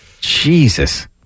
Jesus